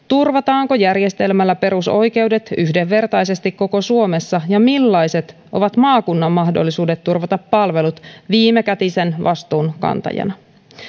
turvataanko järjestelmällä perusoikeudet yhdenvertaisesti koko suomessa ja millaiset ovat maakunnan mahdollisuudet turvata palvelut viimekätisen vastuun kantajana